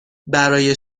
برای